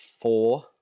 four